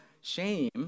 shame